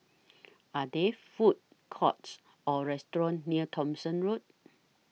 Are There Food Courts Or restaurants near Thomson Road